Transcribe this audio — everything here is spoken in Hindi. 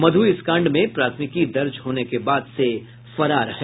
मधु इस कांड में प्राथमिकी दर्ज होने के बाद से फरार है